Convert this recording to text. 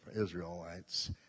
Israelites